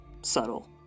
Subtle